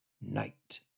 night